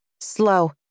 slow